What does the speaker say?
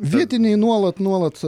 vietiniai nuolat nuolat